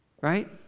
Right